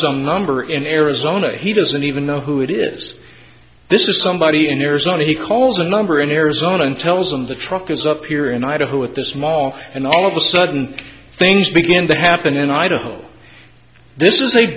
some number in arizona he doesn't even know who it is this is somebody in arizona he calls a number in arizona and tells them the truck is up here in idaho at this mall and all of a sudden things begin to happen in idaho this is a